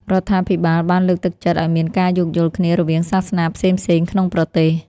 រដ្ឋាភិបាលបានលើកទឹកចិត្តឱ្យមានការយោគយល់គ្នារវាងសាសនាផ្សេងៗក្នុងប្រទេស។